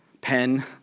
pen